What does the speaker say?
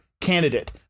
candidate